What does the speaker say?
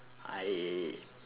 I